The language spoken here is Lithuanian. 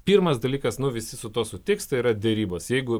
pirmas dalykas nu visi su tuo sutiks tai yra derybos jeigu